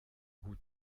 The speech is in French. roue